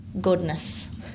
goodness